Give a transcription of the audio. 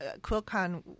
Quilcon